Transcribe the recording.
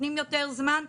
נותנים יותר זמן,